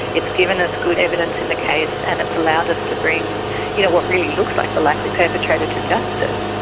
it's given us good evidence in the case and it allowed us to bring you know what really looks like the likely perpetrator to justice.